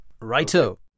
Righto